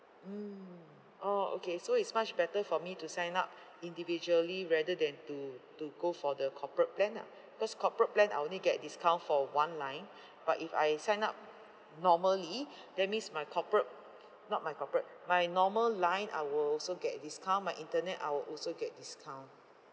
mm orh okay so it's much better for me to sign up individually rather than to to go for the corporate plan ah because corporate plan I only get discount for one line but if I sign up normally that means my corporate not my corporate my normal line I will also get discount my internet I will also get discount